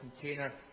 container